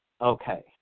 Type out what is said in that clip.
okay